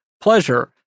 pleasure